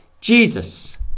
Jesus